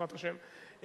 בעזרת השם.